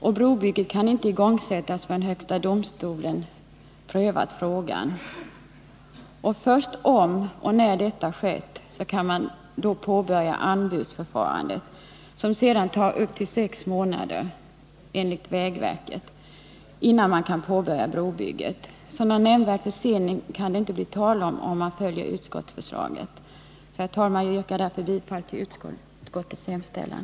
Och brobygget kan inte igångsättas förrän högsta domstolen har prövat frågan. Först om och i så fall när detta har skett kan man påbörja anbudsförfarandet, som enligt vägverket sedan tar upp till sex månader. Någon nämnvärd försening kan det således inte bli tal om, om man följer utskottsförslaget. Herr talman! Jag yrkar därför bifall till utskottets hemställan.